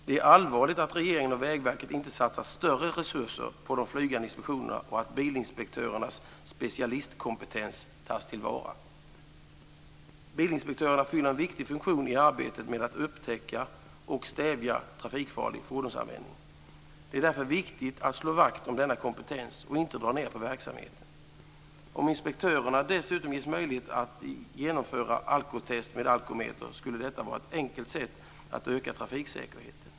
Det är allvarligt att regeringen och Vägverket inte satsat större resurser på de flygande inspektionerna och att bilinspektörernas specialistkompetens inte tas till vara. Bilinspektörerna fyller en viktig funktion i arbetet med att upptäcka och stävja trafikfarlig fordonsanvändning. Det är därför viktigt att slå vakt om denna kompetens och inte dra ned på verksamheten. Om inspektörerna dessutom ges möjlighet att genomföra alkotest med alkometer skulle detta vara ett enkelt sätt att öka trafiksäkerheten.